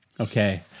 Okay